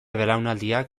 belaunaldiak